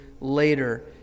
later